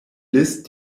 list